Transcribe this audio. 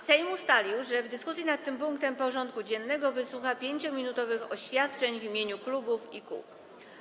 Sejm ustalił, że w dyskusji nad tym punktem porządku dziennego wysłucha 5-minutowych oświadczeń w imieniu klubów i kół.